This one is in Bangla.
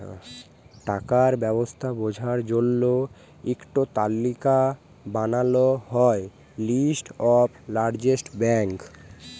টাকার ব্যবস্থা বঝার জল্য ইক টো তালিকা বানাল হ্যয় লিস্ট অফ লার্জেস্ট ব্যাঙ্ক